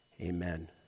Amen